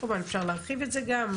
כמובן אפשר להרחיב את זה גם,